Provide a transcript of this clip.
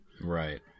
Right